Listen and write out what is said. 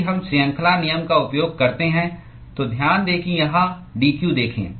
यदि हम श्रृंखला नियम का उपयोग करते हैं तो ध्यान दें कि यहाँ dq देखें